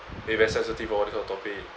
eh very sensitive hor this kind of topic